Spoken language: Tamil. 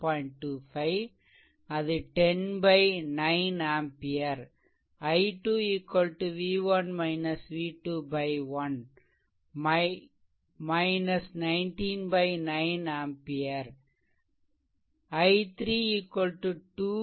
25 அது 10 9 ampere i 2 v1 v2 1 19 9 ampere i3 2 v2